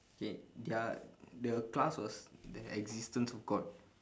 okay their the class was the existence of god